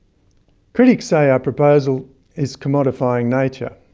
critics say our proposal is commodifying nature